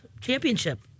championship